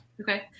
Okay